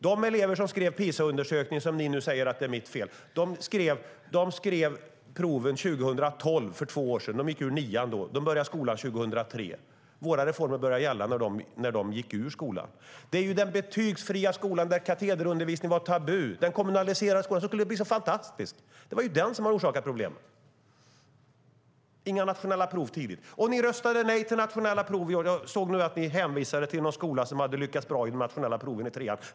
De elever som deltog i PISA-undersökningen, och som ni nu säger är mitt fel, skrev proven 2012, för två år sedan. Då gick de ut nian; de började skolan 2003. Våra reformer började gälla när de lämnade skolan. Den betygsfria skolan där katederundervisning var tabu, den kommunaliserade skolan, skulle bli så fantastisk, men det är den som har orsakat problemen. Där fanns inga nationella prov tidigt. Socialdemokraterna röstade nej till nationella prov. Jag har sett att Socialdemokraterna nu hänvisar till någon skola som hade lyckats bra i de nationella proven i trean.